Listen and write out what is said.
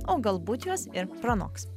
o galbūt juos ir pranoks